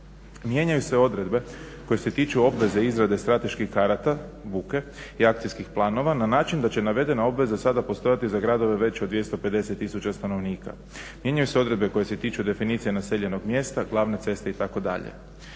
Mijenjaju se odredbe koje se tiče obveze izrade strateških karata, buke i akcijskih planova na način da će navedena obveza sada postojati za gradove veće od 250 tisuća stanovnika. Mijenjaju se odredbe koje se tiču definicije naseljenog mjesta, glavne ceste itd.